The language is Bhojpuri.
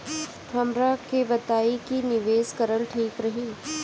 हमरा के बताई की निवेश करल ठीक रही?